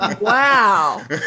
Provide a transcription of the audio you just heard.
wow